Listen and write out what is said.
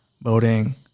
Voting